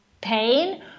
pain